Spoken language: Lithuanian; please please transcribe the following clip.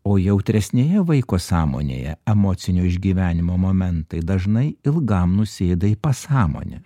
o jautresnėje vaiko sąmonėje emocinio išgyvenimo momentai dažnai ilgam nusėda į pasąmonę